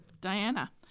Diana